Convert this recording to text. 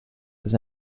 does